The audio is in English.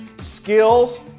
skills